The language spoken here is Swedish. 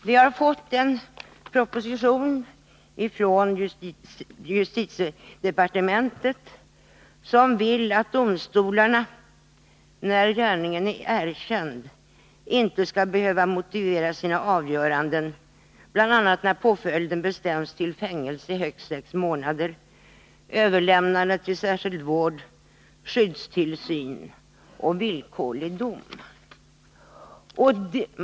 Vi har fått en proposition från justitiedepartementet, som vill att domstolarna — när gärningen är erkänd — inte skall behöva motivera sina avgöranden bl.a. när påföljden bestäms till fängelse i högst sex månader, överlämnande till särskild vård, skyddstillsyn och villkorlig dom.